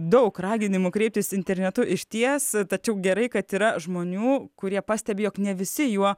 daug raginimų kreiptis internetu išties tačiau gerai kad yra žmonių kurie pastebi jog ne visi juo